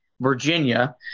Virginia